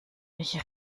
welche